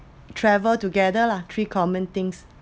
travel together lah three common things